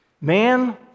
Man